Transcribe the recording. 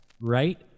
right